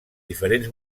diferents